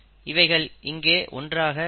இவைகள் இங்கே ஒன்றாக இருக்கும்